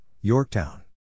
Yorktown